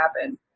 happen